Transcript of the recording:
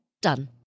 Done